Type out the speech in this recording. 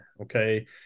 okay